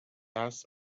asked